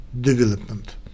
development